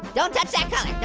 don't touch that color,